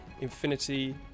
Infinity